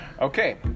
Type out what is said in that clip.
Okay